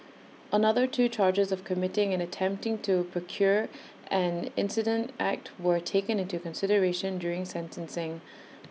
another two charges of committing and attempting to procure an incident act were taken into consideration during sentencing